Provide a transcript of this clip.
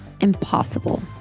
impossible